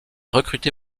recruté